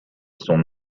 son